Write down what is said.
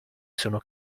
sono